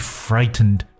frightened